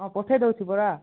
ହଁ ପଠାଇ ଦେଉଛି ପରା